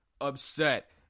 Upset